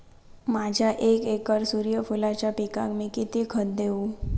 माझ्या एक एकर सूर्यफुलाच्या पिकाक मी किती खत देवू?